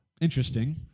interesting